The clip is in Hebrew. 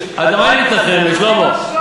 במה אני מתנחם, שלמה?